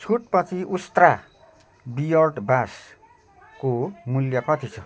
छुटपछि उस्त्रा बियर्ड बासको मूल्य कति छ